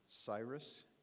Cyrus